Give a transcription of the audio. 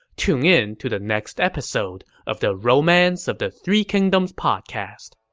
tune in to the next episode of the romance of the three kingdoms podcast.